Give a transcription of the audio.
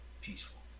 peaceful